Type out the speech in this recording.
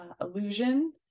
illusion